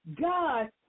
God